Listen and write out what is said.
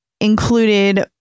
included